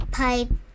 pipe